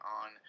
on